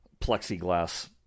plexiglass